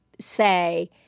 say